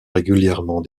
régulièrement